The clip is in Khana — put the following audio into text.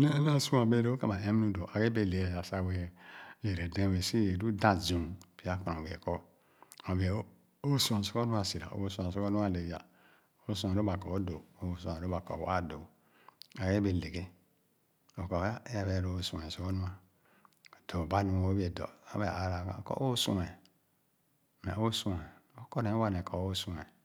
Néé ānaa sua bēē lō kēn ba ɛm nu dō abé bēē le aya sah bèè yeeré dɛɛn bēē si éé sah da ziing pya khana bēē kɔ nyorbee c’sua sɔgɔ nua asira, o’sua sɔgɔ nu ale ya, o’sua nu ba kɔ o’dōō, o’sua lō ba kɔ waa dōō. O a’be bēē léghe. O’ kɔ e’a, é bēē alō oo’sua sɔgɔ nu’a, o’dɔ ba nu oo’bēē dɔ, sor ba e’ āāra ama, o’kɔ oo’sua, meh oo’sua. O’kɔ nee wa neh kɔ oo’sua ē